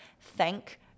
thank